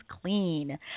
clean